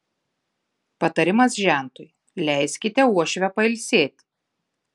patarimas žentui leiskite uošvę pailsėti